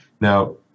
Now